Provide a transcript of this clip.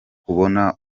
kubona